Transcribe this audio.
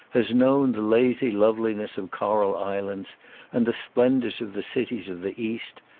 has known the lazy' love liness of coral islands and the splendours of the cities of the east,